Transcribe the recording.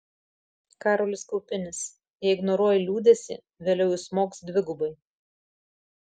karolis kaupinis jei ignoruoji liūdesį vėliau jis smogs dvigubai